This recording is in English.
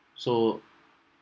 so